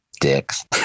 dicks